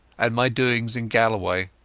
and my doings in galloway.